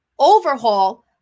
overhaul